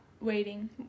Waiting